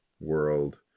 world